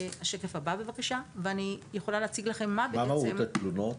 מה מהות התלונות?